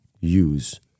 use